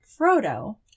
Frodo